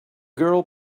girl